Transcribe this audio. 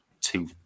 two